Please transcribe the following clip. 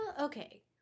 okay